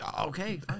Okay